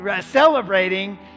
celebrating